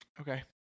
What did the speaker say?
okay